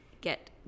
get